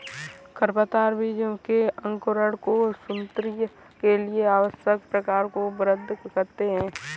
खरपतवार बीज के अंकुरण को सुनिश्चित के लिए आवश्यक प्रकाश को अवरुद्ध करते है